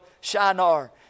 Shinar